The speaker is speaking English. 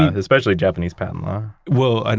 especially japanese patent law well, and